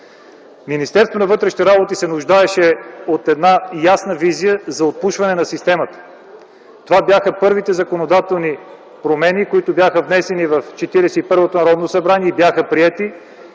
Министерството на вътрешните работи се нуждаеше от една ясна визия за отпушване на системата. Това бяха първите законодателни промени, които бяха внесени в 41-то Народно събрание и бяха приети.